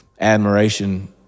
admiration